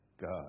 God